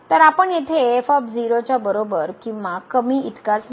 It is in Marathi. तर आपण येथे f च्या बरोबर किंवा कमी इतकाच मिळणार आहे